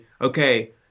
okay